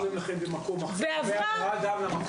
ועברה.